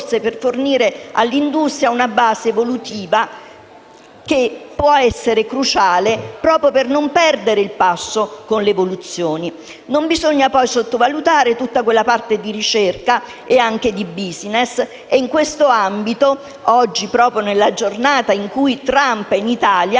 per fornire all'industria una base evolutiva, che può essere cruciale per non perdere il passo con l'evoluzione. Non bisogna quindi sottovalutare tutta questa parte di ricerca e anche di *business*. In tale ambito - oggi è la giornata in cui Trump è in Italia